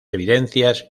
evidencias